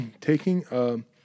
taking